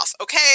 okay